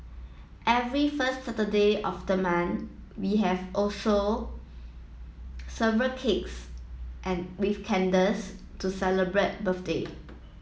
every first Saturday of the month we also have several cakes and with candles to celebrate birthday